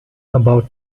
about